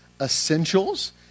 Essentials